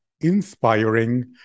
inspiring